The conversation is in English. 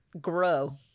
grow